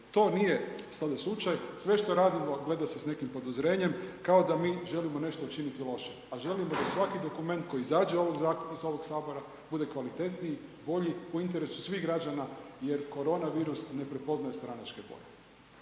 To nije sada slučaj, sve što radimo gleda se s nekim podozrenjem kao da mi želimo nešto učiniti loše, a želimo da svaki dokument koji izađe iz ovog sabora bude kvalitetniji, bolji, u interesu svih građana jer koronavirus ne prepoznaje stranačke boje.